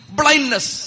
blindness